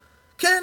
כן,